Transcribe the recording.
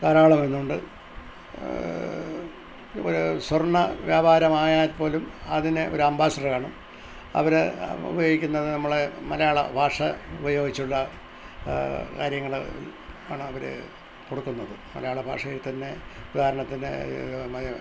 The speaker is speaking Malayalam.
ധാരാളമിന്നുണ്ട് ഒരു സ്വർണ വ്യാപാരമായാൽ പോലും അതിന് ഒരു അംബാസഡര് കാണും അവര് ഉപയോഗിക്കുന്നത് നമ്മളെ മലയാള ഭാഷ ഉപയോഗിച്ചുള്ള കാര്യങ്ങളാണ് അവര് കൊടുക്കുന്നത് മലയാള ഭാഷയിൽ തന്നെ ഉദാഹരണത്തിന്